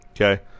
okay